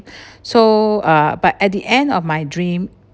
so uh but at the end of my dream